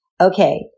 Okay